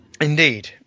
Indeed